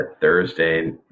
Thursday